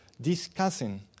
discussing